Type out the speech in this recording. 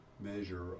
measure